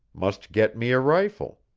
must get me a rifle.